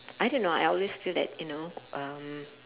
I don't know I always feel that you know um